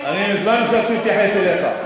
אני מזמן הפסקתי להתייחס אליך,